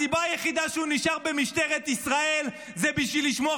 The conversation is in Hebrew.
הסיבה היחידה שהוא נשאר במשטרת ישראל היא בשביל לשמור